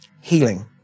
healing